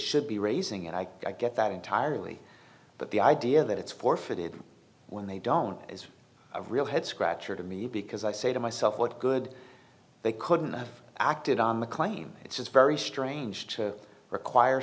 should be raising it i get that entirely but the idea that it's forfeited when they don't is a real head scratcher to me because i say to myself what good they couldn't have acted on the claim it's very strange to require